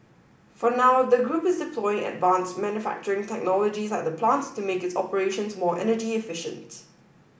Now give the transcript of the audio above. for now the group is deploying advanced manufacturing technologies at the plants to make its operations more energy efficient